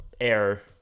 air